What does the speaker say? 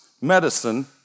medicine